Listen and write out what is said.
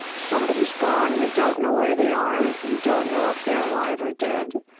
somebody's gone. you don't know where they are. you don't know if they're alive or dead.